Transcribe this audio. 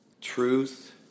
Truth